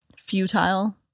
futile